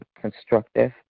constructive